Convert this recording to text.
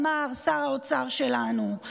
אמר שר האוצר שלנו,